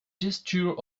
gesture